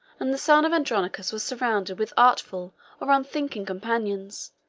and the son of andronicus was surrounded with artful or unthinking companions,